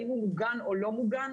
האם הוא מוגן או לא מוגן,